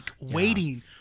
waiting